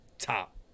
top